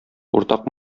уртак